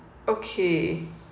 okay